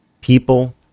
People